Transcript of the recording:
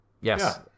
Yes